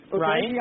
Right